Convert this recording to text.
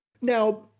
now